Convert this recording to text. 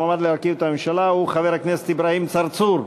המועמד להרכיב את הממשלה הוא חבר הכנסת אברהים צרצור.